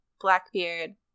Blackbeard